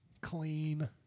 clean